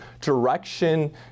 direction